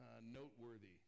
noteworthy